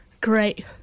Great